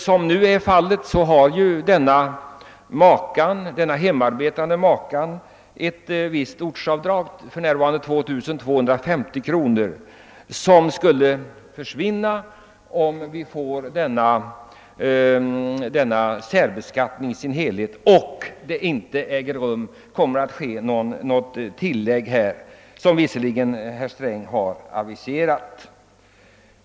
Som nu är fallet har ju den hemarbetande makan ett visst ortsavdrag, för närvarande 2250 kr., som skulle tas bort, om denna särbeskattning i sin helhet genomförs och det inte blir något sådant avdrag på den förvärvsarbetande makens skatt som herr Sträng har aviserat.